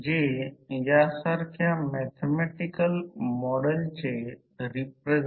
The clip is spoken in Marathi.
हे येथे आहे याचा अर्थ येथे देखील येथे पहा हे देखील जाणून घेऊ शकता